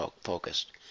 focused